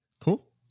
Cool